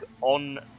on